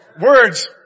words